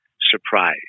surprise